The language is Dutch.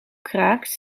kraakt